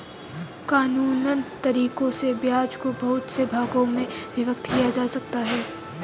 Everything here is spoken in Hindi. कानूनन तरीकों से ब्याज को बहुत से भागों में विभक्त किया जा सकता है